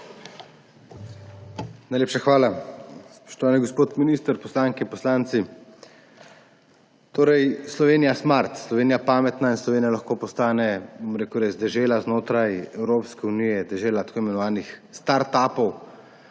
Najlepša hvala. Spoštovani gospod minister, poslanke, poslanci! Slovenija je smart, Slovenija je pametna in Slovenija lahko postane dežela znotraj Evropske unije, dežela tako imenovanih start-upov,